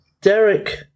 Derek